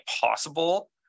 possible